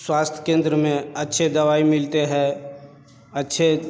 स्वास्थय केंद्र में अच्छे दवाई मिलते हैं अच्छे